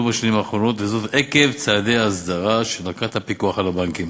בשנים האחרונות עקב צעדי הסדרה שנקט הפיקוח על הבנקים